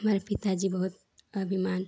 हमारे पिताजी बहुत अभिमान